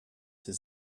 his